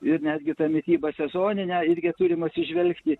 ir netgi tą mitybą sezoninę irgi turime atsižvelgti